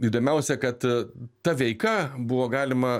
įdomiausia kad ta veika buvo galima